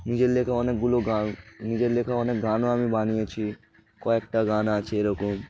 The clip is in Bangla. নিজের লেখা অনেকগুলো গান নিজের লেখা অনেক গানও আমি বানিয়েছি কয়েকটা গান আছে এরকম